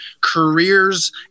careers